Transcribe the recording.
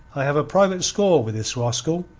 i have a private score with this rascal,